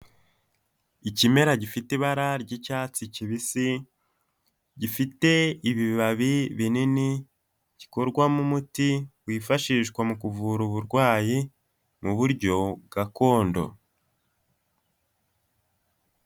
Ikimera gifite ibara ry'icyatsi kibisi, gifite ibibabi binini, gikorwamo umuti wifashishwa mu kuvura uburwayi mu buryo gakondo.